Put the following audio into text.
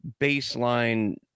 baseline